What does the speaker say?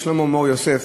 לשלמה מור-יוסף,